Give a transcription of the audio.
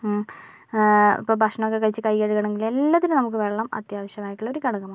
ഇപ്പം ഭക്ഷണമൊക്കെ കഴിച്ച് കൈ കഴുകണമെങ്കിൽ എല്ലാത്തിനും നമുക്ക് വെള്ളം അത്യാവശ്യമായിട്ടുള്ള ഒരു ഘടകമാണ്